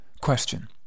Question